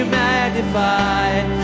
magnified